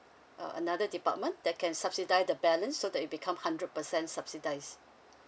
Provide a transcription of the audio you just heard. uh another department that can subsidise the balance so that it become hundred percent subsidised